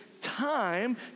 time